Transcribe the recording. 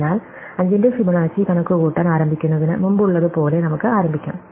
അതിനാൽ 5 ന്റെ ഫിബൊനാച്ചി കണക്കുകൂട്ടാൻ ആരംഭിക്കുന്നതിന് മുമ്പുള്ളതുപോലെ നമുക്ക് ആരംഭിക്കാം